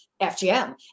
FGM